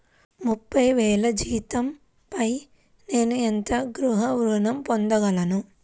ముప్పై వేల జీతంపై నేను ఎంత గృహ ఋణం పొందగలను?